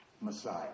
Messiah